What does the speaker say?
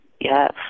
Yes